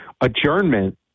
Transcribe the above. adjournment